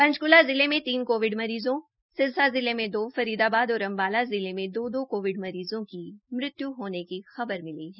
पंचक्ला जिले में तीन कोविड मरीज़ों सिरसा जिले में दो फरीदाबाद और अम्बाला जिले में दो दो कोविड मरीज़ों की मृत्यु होने की खबर मिली है